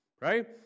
right